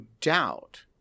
doubt